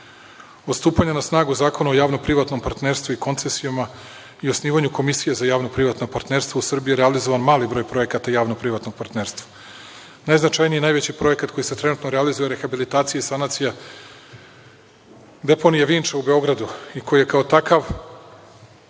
stupanja na snagu Zakona o javno-privatnom partnerstvu i koncesijama i osnivanju komisije za javno-privatno partnerstvo u Srbiji je realizovan mali broj projekata javno-privatnog partnerstva. Najznačajniji i najveći projekat koji se trenutno realizuje je rehabilitacija i sanacija deponije Vinča u Beogradu i koji je kao takav,